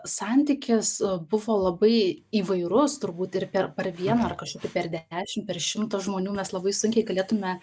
santykis buvo labai įvairus turbūt ir per vieną ar kažkokį per dešim per šimtą žmonių mes labai sunkiai galėtume